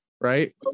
right